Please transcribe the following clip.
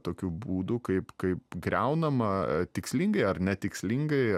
tokių būdų kaip kaip griaunama tikslingai ar netikslingai